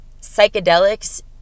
psychedelics